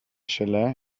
šele